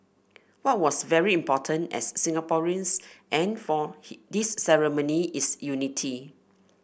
what was very important as Singaporeans and for this ceremony is unity